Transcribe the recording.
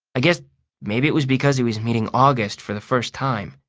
i guess maybe it was because he was meeting august for the first time.